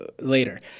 later